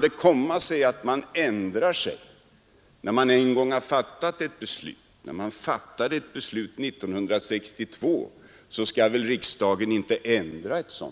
De har frågat varför man ändrar sig när man en gång har fattat ett beslut, och de har sagt att då riksdagen fattat ett beslut 1962 skall väl det beslutet inte ändras.